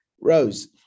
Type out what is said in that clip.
Rose